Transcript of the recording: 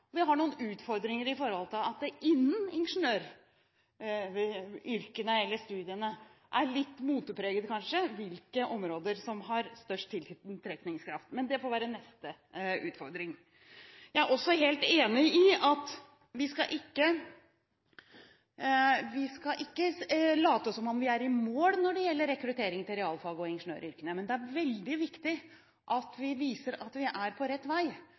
innen ingeniørstudiene kanskje er litt motepreget hvilke områder som har størst tiltrekningskraft, men det får være neste utfordring. Jeg er også helt enig i at vi ikke skal late som om vi er i mål når det gjelder rekruttering til realfagene og ingeniøryrkene, men det er veldig viktig at vi viser at vi er på rett vei,